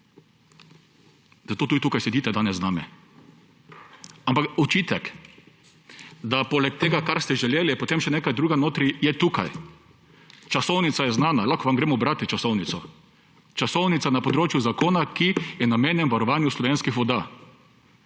Zato tudi tukaj sedite danes z nami. Ampak očitek, da poleg tega, kar ste želeli, je potem še nekaj drugega notri, je tukaj. Časovnica je znana, lahko vam preberemo časovnico. Časovnica na področju zakona, ki je namenjen varovanju slovenskih voda.